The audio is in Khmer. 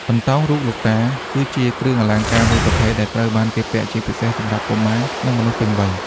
បន្តោងរូបលោកតា គឺជាគ្រឿងអលង្ការមួយប្រភេទដែលត្រូវបានគេពាក់ជាពិសេសសម្រាប់កុមារនិងមនុស្សពេញវ័យ។